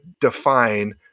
define